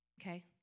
Okay